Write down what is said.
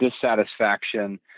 dissatisfaction